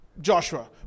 joshua